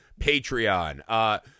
Patreon